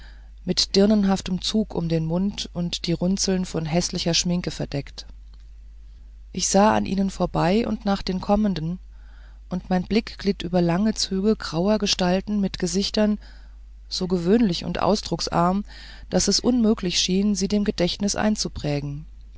mit dirnenhaftem zug um den mund und die runzeln mit häßlicher schminke verdeckt ich sah an ihnen vorbei und nach den kommenden und mein blick glitt über lange züge grauer gestalten mit gesichtern so gewöhnlich und ausdrucksarm daß es unmöglich schien sie dem gedächtnis einzuprägen